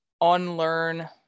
unlearn